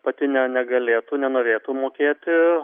pati ne negalėtų nenorėtų mokėti